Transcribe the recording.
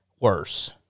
worse